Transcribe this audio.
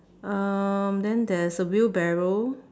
um then there's a wheelbarrow